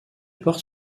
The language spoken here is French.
porte